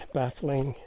baffling